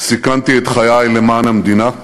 סיכנתי את חיי למען המדינה,